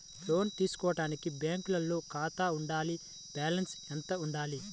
లోను తీసుకోవడానికి బ్యాంకులో ఖాతా ఉండాల? బాలన్స్ ఎంత వుండాలి?